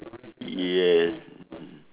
yes mmhmm